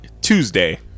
Tuesday